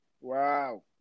wow